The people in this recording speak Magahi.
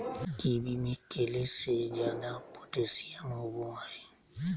कीवी में केले से ज्यादा पोटेशियम होबो हइ